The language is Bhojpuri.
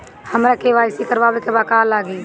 हमरा के.वाइ.सी करबाबे के बा का का लागि?